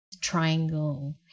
triangle